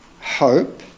hope